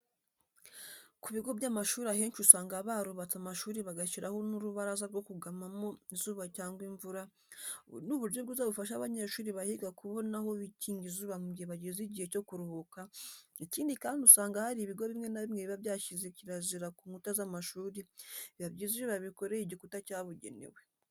Ku bigo by'amashuri ahenshi usanga barubatse amashuri bagashyiraho n'urubaraza rwo kugamamo izuba cyangwa imvura, ubu ni uburyo bwiza bufasha abanyeshuri bahiga kubona aho bikinga izuba mu gihe bageze igihe cyo kuruhuka, ikindi kandi usanga hari ibigo bimwe na bimwe biba byashyize kirazira ku nkuta z'amashuri, biba byiza iyo babikoreye igikuta cyabugenewe.